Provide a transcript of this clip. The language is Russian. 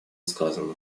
сказано